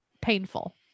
painful